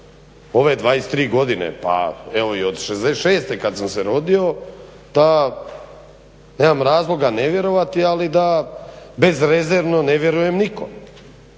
ove 23 godine pa i od '66.kada sam se rodio nemam razloga nevjerovati ali da bezrezervno ne vjerujem nikom.